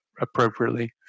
appropriately